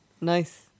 Nice